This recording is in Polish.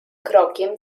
krokiem